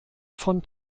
von